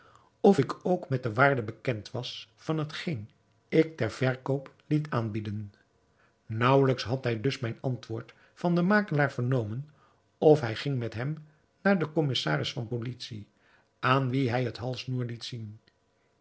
of ik ook met de waarde bekend was van hetgeen ik ter verkoop liet aanbieden naauwelijks had hij dus mijn antwoord van den makelaar vernomen of hij ging met hem naar den commissaris van policie aan wien hij het halssnoer liet zien